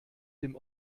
dem